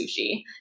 sushi